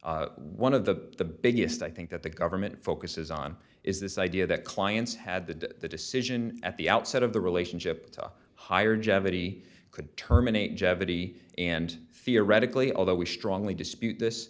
one of the the biggest i think that the government focuses on is this idea that clients had the decision at the outset of the relationship to a higher jeopardy could terminate jeopardy and theoretically although we strongly dispute this